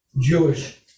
Jewish